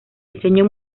diseño